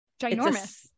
ginormous